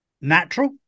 natural